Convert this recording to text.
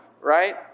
Right